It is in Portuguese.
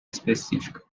específica